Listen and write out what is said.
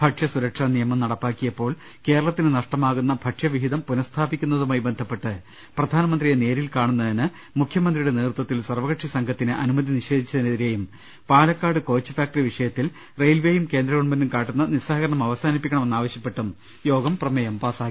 ഭക്ഷ്യസുരക്ഷാനിയമം നടപ്പാക്കിയപ്പോൾ കേരളത്തിന് നഷ്ട മാകുന്ന ഭക്ഷ്യവിഹിതം പുനസ്ഥാപിക്കുന്നതുമായി ബന്ധപ്പെട്ട് പ്രധാന മന്ത്രിയെ നേരിൽ കാണുന്നതിന് മുഖ്യമന്ത്രിയുടെ നേതൃത്വത്തിൽ സർവ കക്ഷി സംഘത്തിന് അനുമതി നിഷേധിച്ചതിനെതിരെയും പാലക്കാട് കോച്ച് ഫാക്ടറി വിഷയത്തിൽ റെയിൽവെയും കേന്ദ്ര ഗവൺമെന്റും കാട്ടുന്ന നിസ്സഹകരണം അവസാനിപ്പിക്കണമെന്നാവശൃപ്പെട്ടും യോഗം പ്രമേയം പാസ്സാക്കി